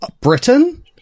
britain